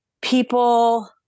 people